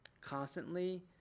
constantly